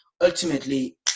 ultimately